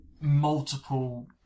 multiple